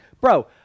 bro